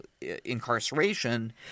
incarceration